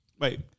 Wait